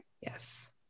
Yes